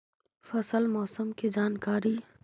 फसल मौसम के जानकारी?